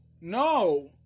No